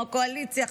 הקואליציה,